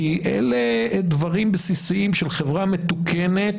כי אלה דברים בסיסיים של חברה מתוקנת